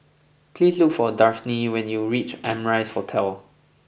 please look for Dafne when you reach Amrise Hotel